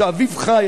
שאביו חי,